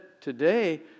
today